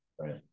Right